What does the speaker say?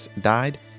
died